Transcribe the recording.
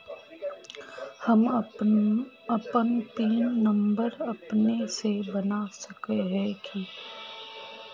हम अपन PIN number अपने से बना सके है की?